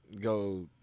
go